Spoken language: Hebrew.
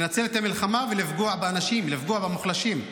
לנצל את המלחמה ולפגוע באנשים, לפגוע במוחלשים.